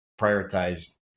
prioritized